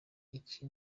iki